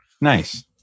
nice